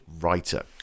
writer